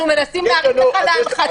אנחנו מנסים להרים לך להנחתה.